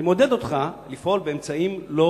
אני מעודד אותך לפעול באמצעים לא